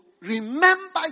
remember